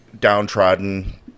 downtrodden